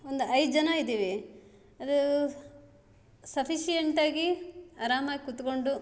ಒಂದು ಐದು ಜನ ಇದೀವಿ ಅದೂ ಸಫಿಶಿಯೆಂಟ್ ಆಗಿ ಅರಾಮಾಗಿ ಕೂತ್ಕೊಂಡು